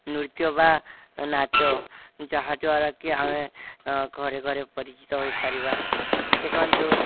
ନୃତ୍ୟ ବା ନାଚ ଯାହାଦ୍ୱାରା କି ଆମେ ଘରେ ଘରେ ପରିଚିତ ହୋଇପାରିବା ଦେଖନ୍ତୁ